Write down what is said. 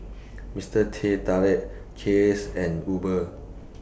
Mister Teh Tarik Kiehl's and Uber